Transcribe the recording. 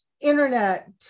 internet